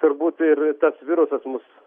turbūt ir tas virusas mus